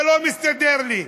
זה לא מסתדר לי.